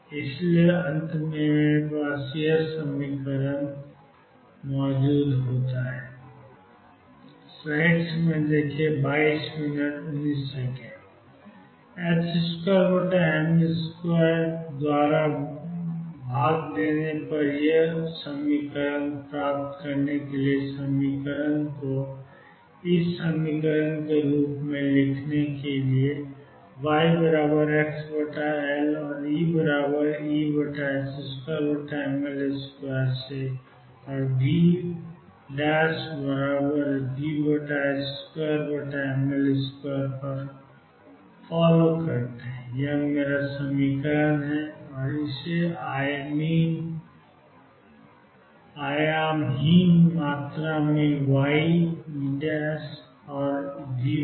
इसलिए कि मेरे सामने d2d2VxxEψ के सामने माइनस 12 2mL2 के रूप में समीकरण है विभाजित करें 2mL2 द्वारा 12d2dxL2Vx2mL2 ψxE2mL2 ψ प्राप्त करने के लिए समीकरण को 12d2ydy2V ψyE ψ के रूप में फिर से लिखने के लिए yxL और EE2mL2 औरVV2mL2 पर कॉल करें और यह मेरा समीकरण है इस आयामहीन मात्रा में y E और V